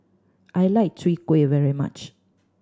I like Chwee Kueh very much